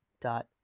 dot